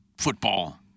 football